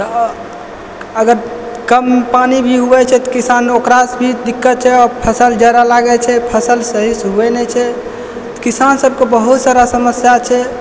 तऽ अगर कम पानी भी होइ छै तऽ किसान ओकरासँ भी दिक्कत छै आ फसल जरऽ लागै छै फसल सहीसँ होइ नहि छै किसान सभ के बहुत सारा समस्या छै